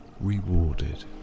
rewarded